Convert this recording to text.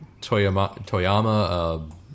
Toyama